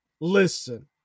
Listen